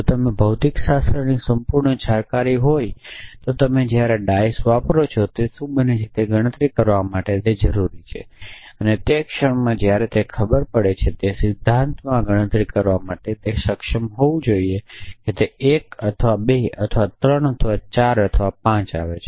જો તમને ભૌતિકશાસ્ત્રની સંપૂર્ણ જાણકારી હોય તો જ્યારે તમે ડાઇસ વાપરો ત્યારે શું બનશે તેની ગણતરી કરવા માટે તે જરૂરી છે અને જે ક્ષણમાં જ્યારે તે ખરેખર પડે છે તમે સિદ્ધાંતમાં ગણતરી કરવા માટે સક્ષમ હોવા જોઈએ કે તે 1 અથવા 2 અથવા 3 અથવા 4 અથવા 5 આવે છે